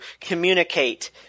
communicate